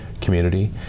community